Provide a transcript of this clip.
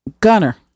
Gunner